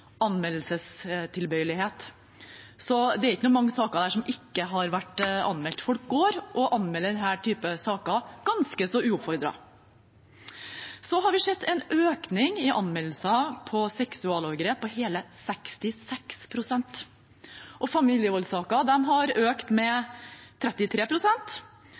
anmeldelsestilbøyelighet, så det er ikke mange saker der som ikke har vært anmeldt. Folk går og anmelder denne typen saker ganske så uoppfordret. Vi har sett en økning i anmeldelser av seksualovergrep på hele 66 pst, og familievoldssaker har økt med